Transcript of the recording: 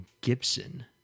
Gibson